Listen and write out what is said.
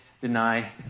deny